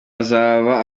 azaba